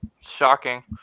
Shocking